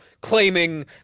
claiming